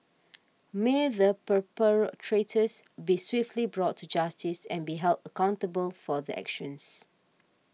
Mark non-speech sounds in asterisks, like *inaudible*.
may the *unintelligible* be swiftly brought to justice and be held accountable for their actions